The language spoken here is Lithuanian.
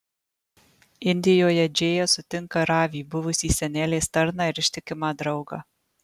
indijoje džėja sutinka ravį buvusį senelės tarną ir ištikimą draugą